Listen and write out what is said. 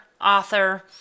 author